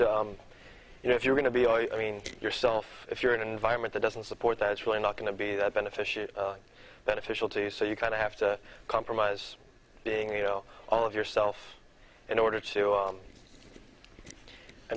to you know if you're going to be i mean to yourself if you're in an environment that doesn't support that's really not going to be that beneficial beneficial to you so you kind of have to compromise being you know all of yourself in order to